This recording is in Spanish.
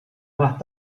más